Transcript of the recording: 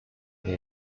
they